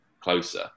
closer